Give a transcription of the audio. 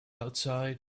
outside